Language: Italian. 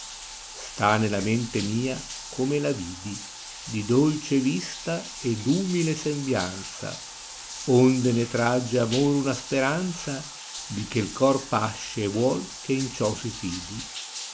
sta nella mente mia come la vidi di dolce vista e d umile sembianza onde ne tragge amor una speranza di che il cor pasce e vuol che in ciò si fidi